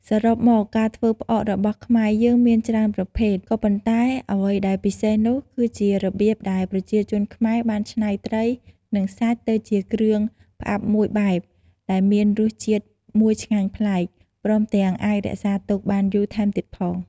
សរុបមក ការធ្វើផ្អករបស់ខ្មែរយើងមានច្រើនប្រភេទ ក៏ប៉ុន្តែអ្វីដែលពិសេសនោះគឺជារបៀបដែលប្រជាជនខ្មែរបានច្នៃត្រី និងសាច់ទៅជាគ្រឿងផ្អាប់មួយបែបដែលមានរសជាតិមួយឆ្ងាញ់ប្លែក ព្រមទាំងអាចរក្សាទុកបានយូរថែមទៀតផង។